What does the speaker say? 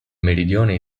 meridione